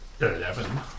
Eleven